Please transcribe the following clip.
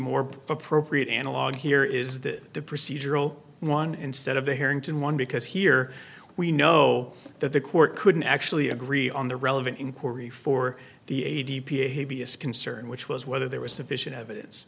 more appropriate analog here is that the procedural one instead of the harrington one because here we know that the court couldn't actually agree on the relevant inquiry for the a d p concern which was whether there was sufficient